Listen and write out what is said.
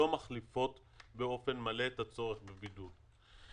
שיוצר ועודכן לטובת שדה התעופה בנתב"ג או שדות תעופה נוספים,